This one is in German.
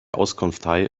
auskunftei